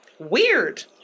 Weird